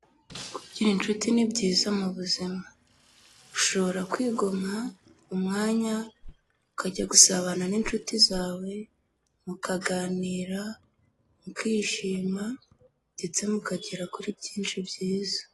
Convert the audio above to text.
Kugira inshuti ni byiza mu buzima ushobora kwigomwa umwanya ukajya gusabana n'inshuti zawe mukaganira mukishima ndetse mukagera kuri byinshi byiza.